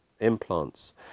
implants